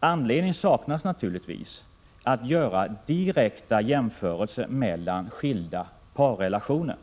Anledning saknas naturligtvis att göra direkta jämförelser mellan skilda parrelationer.